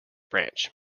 branch